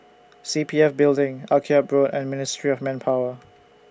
C P F Building Akyab Road and Ministry of Manpower